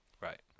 Right